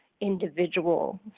individual